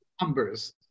numbers